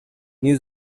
new